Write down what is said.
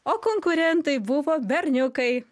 o konkurentai buvo berniukai